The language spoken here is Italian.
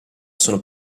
sono